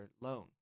loan